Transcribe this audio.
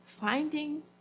finding